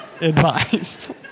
advised